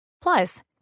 Plus